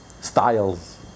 styles